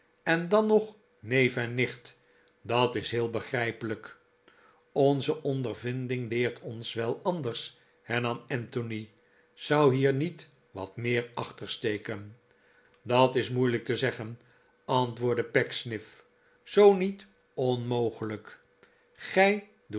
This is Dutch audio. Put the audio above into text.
en dan nog neef en nicht dat is heel begrijpelijk onze ondervinding leert ons wel anders hernam anthony zou hier niet wat meer achter steken dat is moeilijk te zeggen antwoordde pecksniff zoo niet onmogelijk